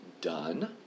done